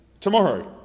tomorrow